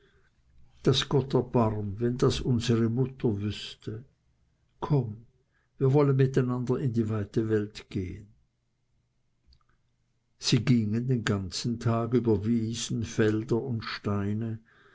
daß gott erbarm wenn das unsere mutter wüßte komm wir wollen miteinander in die weite welt gehen sie gingen den ganzen tag über wiesen felder und steine